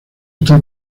está